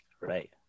Right